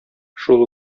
шул